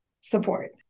support